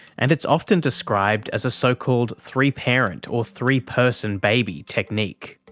and it's often described as a so-called three parent or three person baby technique.